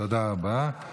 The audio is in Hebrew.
תודה רבה.